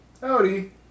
Howdy